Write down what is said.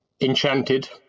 enchanted